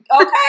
okay